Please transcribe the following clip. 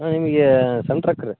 ಹಾಂ ನಿಮ್ಗೆ ಸಣ್ಣ ಟ್ರಕ್ ರೀ